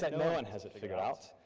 that no one has it figured out,